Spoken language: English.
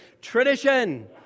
Tradition